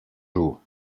jours